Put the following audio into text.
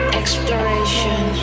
exploration